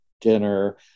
dinner